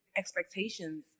expectations